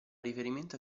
riferimento